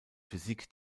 physik